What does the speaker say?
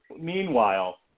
meanwhile